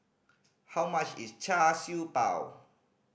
how much is Char Siew Bao